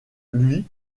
lui